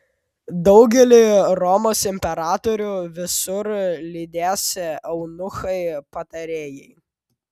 daugelį romos imperatorių visur lydės eunuchai patarėjai